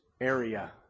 area